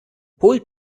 holt